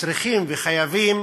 שצריכים וחייבים